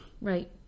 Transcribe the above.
right